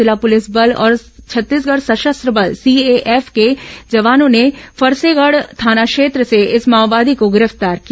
जिला पुलिस बल और छत्तीसगढ सशस्त्र बल सीएएफ के जवानों ने फरसेगढ़ थाना क्षेत्र से इस माओवादी को गिरफ्तार किया